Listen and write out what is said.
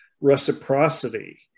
reciprocity